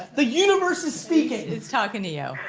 the universe is speaking. it's talking to you.